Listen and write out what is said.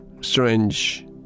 strange